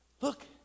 Look